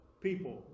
people